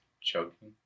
choking